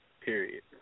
period